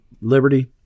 liberty